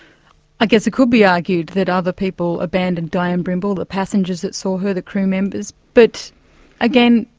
i guess it could be argued that other people abandoned dianne brimble, the passengers that saw her, the crew members, but again,